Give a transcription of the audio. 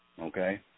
Okay